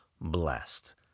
blessed